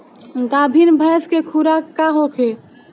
गाभिन भैंस के खुराक का होखे?